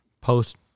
post